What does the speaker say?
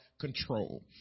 control